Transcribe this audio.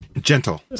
gentle